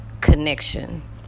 connection